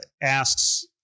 asks